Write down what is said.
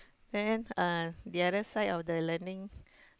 then uh the other side of the landing